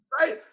Right